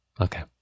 okay